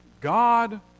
God